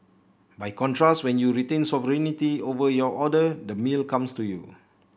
by contrast when you retain sovereignty over your order the meal comes to you